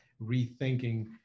rethinking